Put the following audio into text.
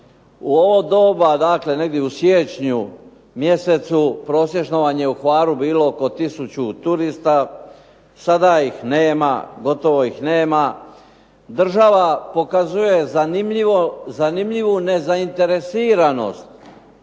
U ovo doba dakle negdje u siječnju mjesecu prosječno vam je u Hvaru bilo oko tisuću turista. Sada ih gotovo nema. Država pokazuje zanimljivu nezainteresiranost